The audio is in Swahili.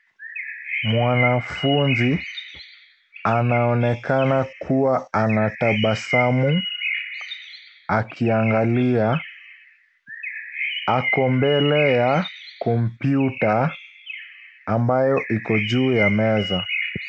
Mwanafunzi anaonekana kuwa anatabasamu akiangalia. Ako mbele ya kompyuta ambayo iko juu ya meza